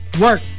work